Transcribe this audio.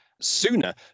sooner